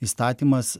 įstatymas ir